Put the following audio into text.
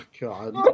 God